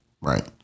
right